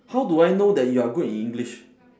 how do I know that you are good in english